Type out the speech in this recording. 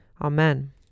Amen